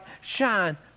shine